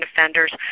offenders